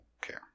care